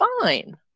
fine